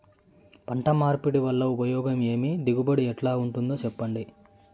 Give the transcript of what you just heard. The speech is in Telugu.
పంట మార్పిడి వల్ల ఉపయోగం ఏమి దిగుబడి ఎట్లా ఉంటుందో చెప్పండి?